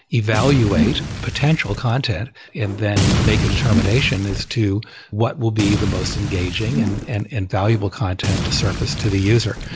evaluate potential content and then make a determination as to what will be the most engaging and and and valuable content to surface to the user.